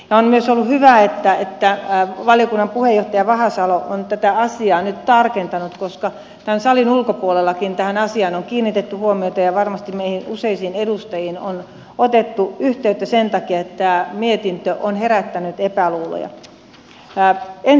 on myös ollut hyvä että valiokunnan puheenjohtaja vahasalo on tätä asiaa nyt tarkentanut koska tämän salin ulkopuolellakin tähän asiaan on kiinnitetty huomiota ja varmasti meihin useisiin edustajiin on otettu yhteyttä sen takia että mietintö on herättänyt epäluuloja